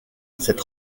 cette